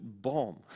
bomb